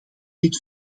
dit